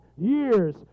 years